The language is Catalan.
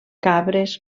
cabres